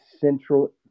central